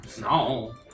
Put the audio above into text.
no